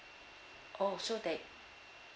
oh so that